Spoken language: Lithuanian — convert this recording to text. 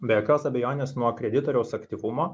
be jokios abejonės nuo kreditoriaus aktyvumo